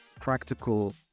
practical